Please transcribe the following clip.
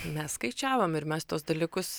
mes skaičiavom ir mes tuos dalykus